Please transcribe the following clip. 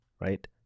right